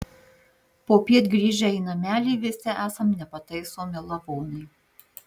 popiet grįžę į namelį visi esam nepataisomi lavonai